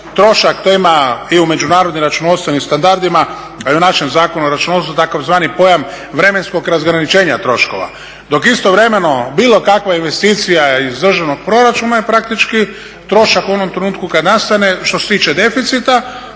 trošak, to ima i u međunarodnim računovodstvenim standardima, a i u našem Zakonu o računovodstvu, tzv. pojam vremenskog razgraničenja troškova, dok istovremeno bilo kakva investicija iz državnog proračuna je praktički trošak u onom trenutku kada nastane, što se tiče deficita